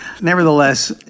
Nevertheless